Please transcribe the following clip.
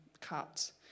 cut